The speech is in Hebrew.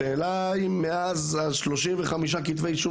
השאלה היא אם מאז עלה מספר כתבי האישום